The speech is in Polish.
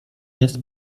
jest